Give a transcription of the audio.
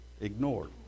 ignored